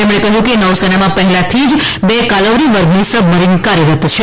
તેમણે કહ્યું કે નૌસેનામાં પહેલાથી જ બે કાલવરી વર્ગની સબમરીન કાર્યરત છે